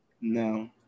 No